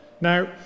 Now